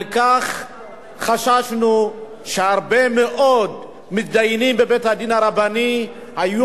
על כן חששנו שהרבה מאוד מתדיינים בבית-הדין הרבני היו